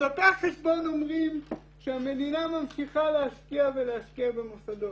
ודפי החשבון אומר שהמדינה ממשיכה להשקיע ולהשקיע במוסדות.